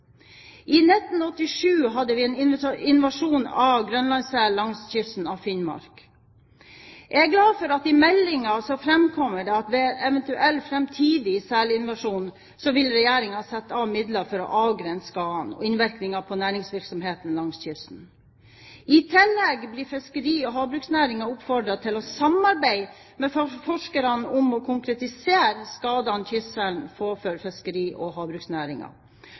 I 1987 hadde vi en invasjon av grønlandssel langs kysten av Finnmark. Jeg er glad for at i meldingen framkommer det at ved en eventuell framtidig selinvasjon vil Regjeringen sette av midler for å avgrense skadene og innvirkningene på næringsvirksomheten langs kysten. I tillegg blir fiskeri- og havbruksnæringen oppfordret til å samarbeide med forskerne om å konkretisere skadene kystselen påfører fiskeri- og